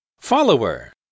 Follower